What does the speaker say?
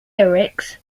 lyrics